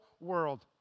world